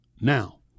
Now